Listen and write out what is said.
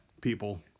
People